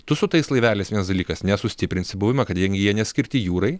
tu su tais laiveliais vienas dalykas nesustiprinsi buvimo kadangi jie neskirti jūrai